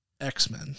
X-Men